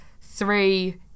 three